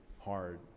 hard